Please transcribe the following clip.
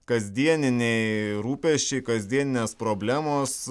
kasdieniniai rūpesčiai kasdieninės problemos